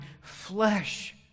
flesh